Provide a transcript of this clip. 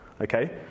okay